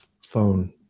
phone